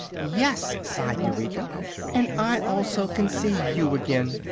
yes, sighed eureka and i also can see you again,